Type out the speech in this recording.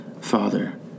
Father